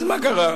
אז מה קרה?